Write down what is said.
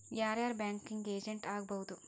ಯಾರ್ ಯಾರ್ banking agent ಆಗ್ಬಹುದು?